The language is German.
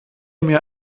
mir